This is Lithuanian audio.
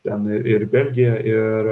ten ir belgija ir